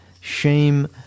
shame